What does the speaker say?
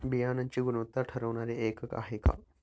बियाणांची गुणवत्ता ठरवणारे एकक आहे का?